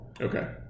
Okay